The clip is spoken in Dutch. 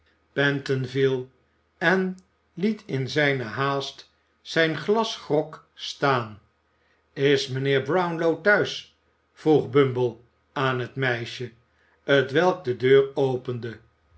e en liet in zijne haast zijn glas grog staan is mijnheer brownlow thuis vroeg bumble aan het meisje t welk de deur opende